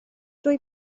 dwy